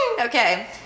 Okay